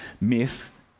myth